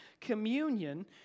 communion